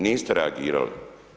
Niste reagirali.